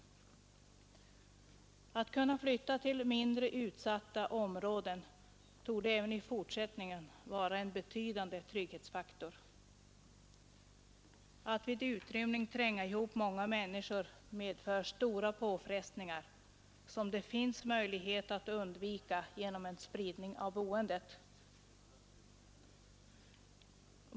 Att kunna flytta till mindre utsatta områden torde även i fortsättningen vara en betydande trygghetsfaktor. Att vid utrymning tränga ihop många människor medför stora påfrestningar, som det finns möjlighet att undvika genom en spridning av boendet.